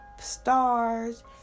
stars